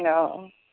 অঁ অঁ